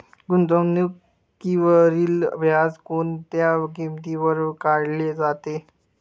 गुंतवणुकीवरील व्याज कोणत्या किमतीवर काढले जाते?